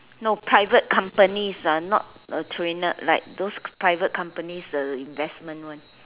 no private companies not a trainer like those private companies investment one